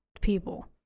people